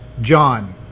John